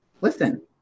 Listen